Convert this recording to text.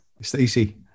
Stacey